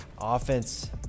offense